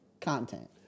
Content